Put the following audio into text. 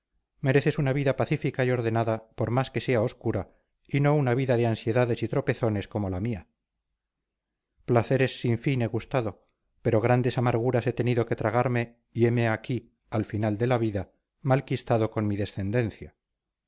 mereces una vida pacífica y ordenada por más que sea obscura y no una vida de ansiedades y tropezones como la mía placeres sin fin he gustado pero grandes amarguras he tenido que tragarme y heme aquí al fin de la vida malquistado con mi descendencia